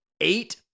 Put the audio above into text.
eight